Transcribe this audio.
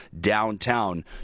downtown